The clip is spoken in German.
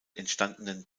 entstandenen